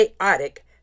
chaotic